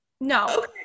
no